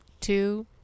two